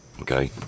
okay